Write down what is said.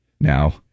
now